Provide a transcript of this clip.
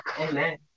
Amen